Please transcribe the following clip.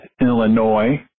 Illinois